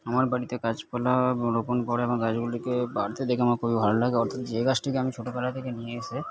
আমার বাড়িতে গাছপালা রোপন করে আমার গাছগুলিকে বাড়তে দেখে আমার খুবই ভালো লাগে অর্থাৎ যে গাছটিকে আমি ছোটবেলা থেকে নিয়ে এসে